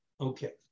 okay